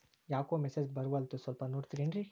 ಯಾಕೊ ಮೆಸೇಜ್ ಬರ್ವಲ್ತು ಸ್ವಲ್ಪ ನೋಡ್ತಿರೇನ್ರಿ?